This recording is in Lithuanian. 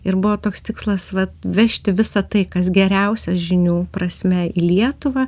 ir buvo toks tikslas va vežti visą tai kas geriausia žinių prasme į lietuvą